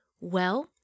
Well